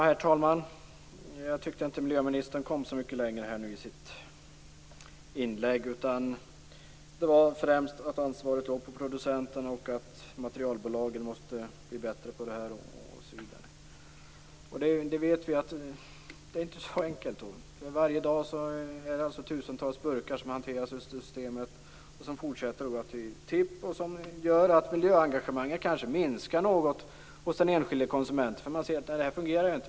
Herr talman! Jag tyckte inte att miljöministern kom så mycket längre i sitt inlägg. Hon sade främst att ansvaret låg på producenterna och att materialbolagen måste bli bättre. Det vet vi. Det är inte så enkelt. Varje dag hanteras tusentals burkar i systemet. De fortsätter till tipp och gör kanske att miljöengagemanget minskar något hos den enskilde konsumenten, för man ser att det inte fungerar.